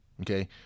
Okay